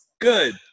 good